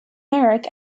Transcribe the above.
marek